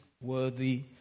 worthy